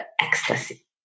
ecstasy